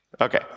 Okay